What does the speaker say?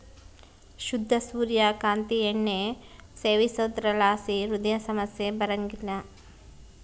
ಶುದ್ಧ ಸೂರ್ಯ ಕಾಂತಿ ಎಣ್ಣೆ ಸೇವಿಸೋದ್ರಲಾಸಿ ಹೃದಯ ಸಮಸ್ಯೆ ಬರಂಗಿಲ್ಲ